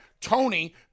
Tony